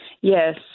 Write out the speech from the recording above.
Yes